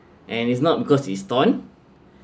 and it's not because it's torn